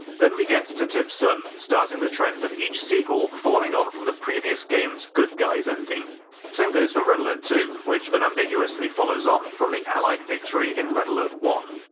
then we get tib sun, starting the trend of each sequel following on from the previous game's good guys ending. the same goes for red alert two, which unambiguously follows on from the allied victory in red alert one.